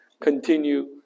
continue